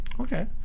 Okay